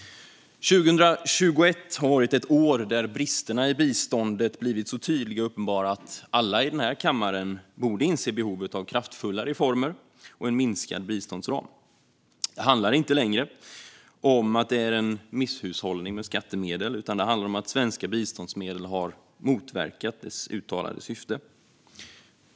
År 2021 har varit ett år där bristerna i biståndet blivit så tydliga och uppenbara att alla i denna kammare borde inse behovet av kraftfulla reformer och en minskad biståndsram. Det handlar inte längre om att det är en misshushållning med skattemedel, utan det handlar om att svenska biståndsmedel har motverkat sitt uttalande syfte.